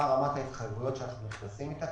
רמת ההתחייבויות שאנחנו נכנסים איתה.